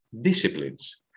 disciplines